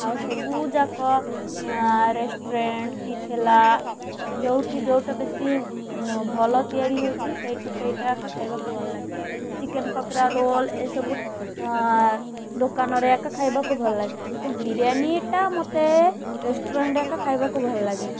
ଆଉ ସବୁଯାକ ରେଷ୍ଟୁରାଣ୍ଟ କି ଠେଲା ଯେଉଁଠି ଯେଉଁଟା ବେଶୀ ଭଲ ତିଆରି ହେଉଛି ସେଇଠି ସେଇଟା ଏକା ଖାଇବାକୁ ଭଲ ଲାଗେ ଚିକେନ ପକୋଡା ରୋଲ ଏସବୁ ଦୋକାନରେ ଏକା ଖାଇବାକୁ ଭଲ ଲାଗେ କିନ୍ତୁ ବିରିୟାନିଟା ମୋତେ ରେଷ୍ଟୁରାଣ୍ଟରେ ଏକା ଖାଇବାକୁ ଭଲ ଲାଗେ